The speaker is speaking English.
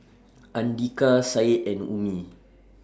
Andika Said and Ummi